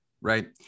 right